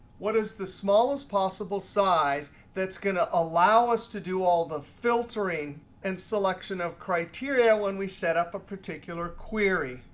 what is the smallest possible size that's going to allow us to do all the filtering and selection of criteria when we set up a particular query?